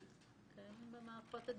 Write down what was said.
אם הלווה לא משלם.